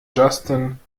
justin